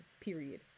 Period